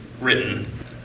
written